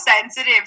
sensitive